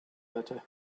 letter